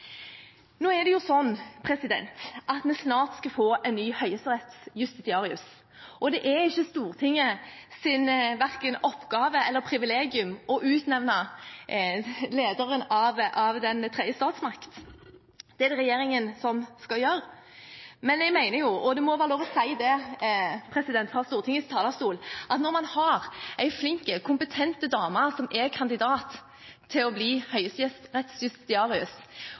Nå skal vi snart få en ny høyerettsjustitiarius, og det er verken Stortingets oppgave eller privilegium å utnevne lederen av den tredje statsmakt. Det er det regjeringen som skal gjøre. Men jeg mener jo, og det må være lov å si det fra Stortingets talerstol, at når man har en flink og kompetent dame som er kandidat til å bli